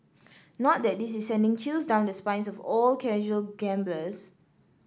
not that this is sending chills down the spines of all casual gamblers